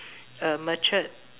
uh matured